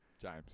James